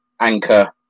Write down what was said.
Anchor